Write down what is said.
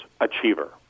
Achiever